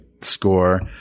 score